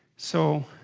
so